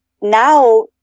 now